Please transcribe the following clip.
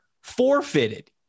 forfeited